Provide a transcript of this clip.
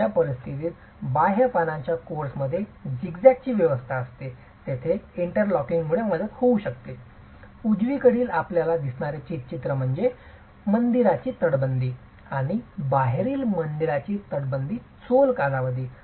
अशा परिस्थितीत बाह्य पानाच्या कोर्समध्ये जिगझॅगची व्यवस्था असते तेथे इंटरलॉकिंगमुळे मदत होऊ शकते उजवीकडील आपल्याला दिसणारे चित्र म्हणजे मंदिराची तटबंदी आणि बाहेरील मंदिराची तटबंदी चोल कालावधी